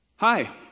Hi